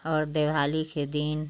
और दिवाली के दिन